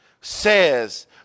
says